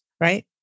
Right